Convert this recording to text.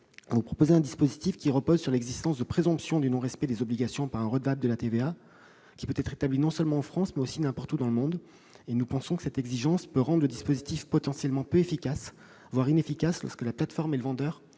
vous proposez un dispositif qui repose sur l'existence de présomption du non-respect des obligations par un redevable de la TVA, qui peut être établi non seulement en France, mais aussi n'importe où dans le monde. Nous pensons que cette exigence peut rendre le dispositif potentiellement peu efficace, voire inefficace lorsque la plateforme et le vendeur